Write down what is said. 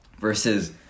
Versus